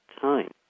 time